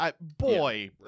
Boy